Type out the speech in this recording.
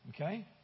Okay